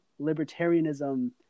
libertarianism